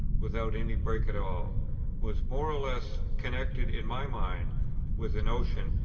without any break at all was more or less connected in my mind with the notion,